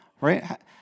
Right